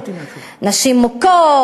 נשים מוכות,